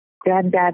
granddad